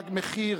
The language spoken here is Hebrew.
"תג מחיר"